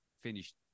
finished